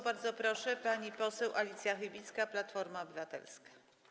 Bardzo proszę, pani poseł Alicja Chybicka, Platforma Obywatelska.